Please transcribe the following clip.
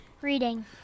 Reading